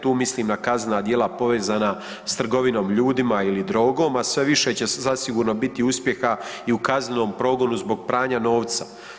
Tu mislim na kaznena djela povezana sa trgovinom ljudima ili drogom, a sve više će zasigurno biti uspjeha i u kaznenom progonu zbog pranja novca.